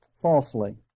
falsely